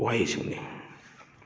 ꯋꯥꯍꯩꯁꯤꯡꯅꯤ